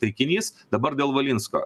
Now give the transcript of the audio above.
taikinys dabar dėl valinsko